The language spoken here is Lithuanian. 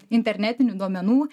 internetinių duomenų